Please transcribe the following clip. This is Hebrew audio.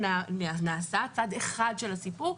צד אחד של הסיפור.